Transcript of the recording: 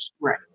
right